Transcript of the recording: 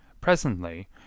Presently